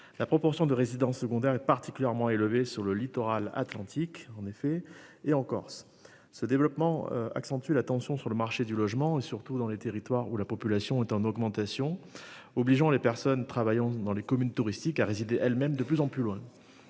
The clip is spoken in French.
La proportion de résidences secondaires est particulièrement élevée sur le littoral Atlantique en effet et en Corse. Ce développement accentue la tension sur le marché du logement et surtout dans les territoires où la population est en augmentation, obligeant les personnes travaillant dans les communes touristiques a résidé elle-même de plus en plus loin.